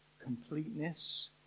completeness